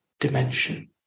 dimension